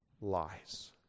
lies